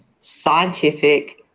scientific